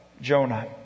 Jonah